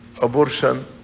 abortion